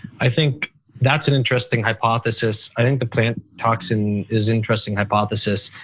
i think that's an interesting hypothesis. i think the plant toxin is interesting hypothesis.